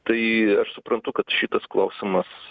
tai aš suprantu kad šitas klausimas